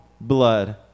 blood